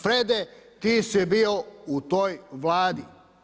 Frede, ti si bio u toj Vladi.